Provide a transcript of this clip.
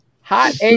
hot